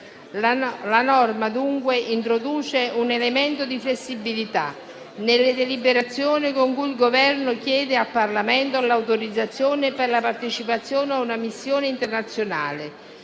La norma dunque introduce un elemento di flessibilità nelle deliberazioni con cui il Governo chiede al Parlamento l'autorizzazione per la partecipazione a una missione internazionale,